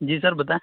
جی sir بتائیں